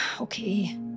Okay